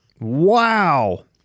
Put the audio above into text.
Wow